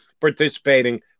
participating